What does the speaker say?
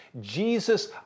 Jesus